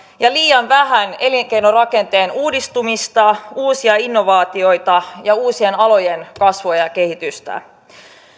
ja liian vähän elinkeinorakenteen uudistumista uusia innovaatioita ja uusien alojen kasvua ja ja kehitystä